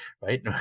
right